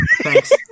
Thanks